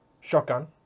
Shotgun